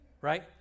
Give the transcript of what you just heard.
right